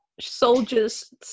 soldiers